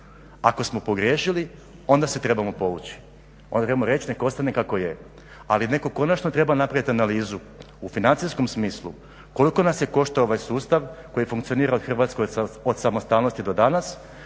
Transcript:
Ako smo pogriješili, onda se trebamo povući, onda trebamo reći neka ostane kako je, ali netko konačno treba napraviti analizu u financijskom smislu. Koliko nas je koštao ovaj sustav koji funkcionira u Hrvatskoj od samostalnosti do danas